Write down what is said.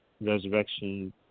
resurrection